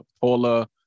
Paula